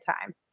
time